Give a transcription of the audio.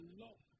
love